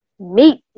meat